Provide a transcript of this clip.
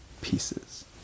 pieces